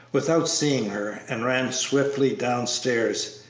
without seeing her, and ran swiftly downstairs.